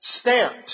stamped